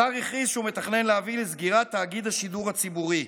השר הכריז שהוא מתכנן להביא לסגירת תאגיד השידור הציבורי,